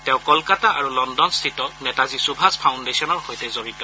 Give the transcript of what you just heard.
তেওঁ কলকাতা আৰু লণ্ডনস্থিত নেতাজী সূভাষ ফাউণ্ডেচনৰ সৈতে জড়িত